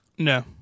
No